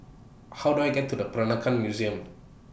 How Do I get to The Peranakan Museum